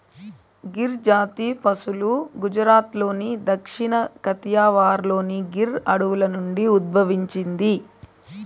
గిర్ జాతి పసులు గుజరాత్లోని దక్షిణ కతియావార్లోని గిర్ అడవుల నుండి ఉద్భవించింది